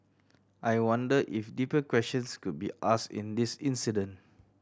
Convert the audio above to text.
I wonder if deeper questions could be asked in this incident